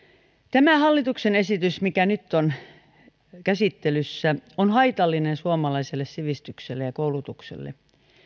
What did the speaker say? tämä hallituksen esitys mikä nyt on käsittelyssä on haitallinen suomalaiselle sivistykselle ja koulutukselle